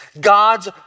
God's